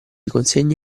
consegna